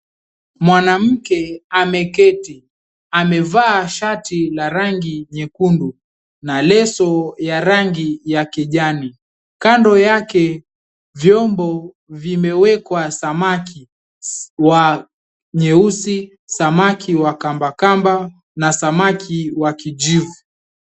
Mwanamke ameketi amevaa shati la rangi nyekundu na leso ya rangi ya kijani. Kando yake vyombo vimewekwa samaki wa nyeusi, samaki wa kamba kamba na samaki wa kijivu.